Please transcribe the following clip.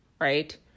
right